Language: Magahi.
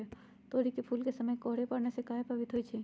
तोरी फुल के समय कोहर पड़ने से काहे पभवित होई छई?